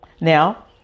Now